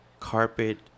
carpet